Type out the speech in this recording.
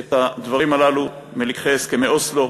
את הדברים הללו מלקחי הסכמי אוסלו,